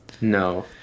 no